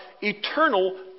eternal